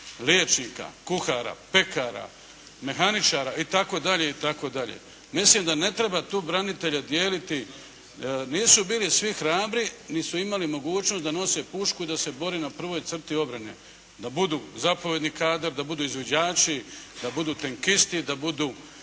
liječnika, kuhara, pekara, mehaničara itd.? Mislim da ne treba tu branitelje dijeliti. Nisu bili svi hrabri niti su imali mogućnost da nose pušku i da se bore na prvoj crti obrane, da budu zapovjedni kadar, da budu izviđači, da budu tenkisti, da budu